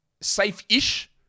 safe-ish